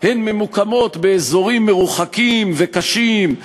הן ממוקמות באזורים מרוחקים וקשים,